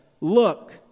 Look